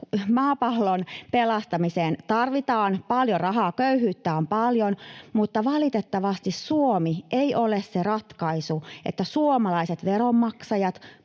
maapallon pelastamiseen tarvitaan paljon rahaa, köyhyyttä on paljon, mutta valitettavasti Suomi ei ole se ratkaisu, se, että suomalaiset veronmaksajat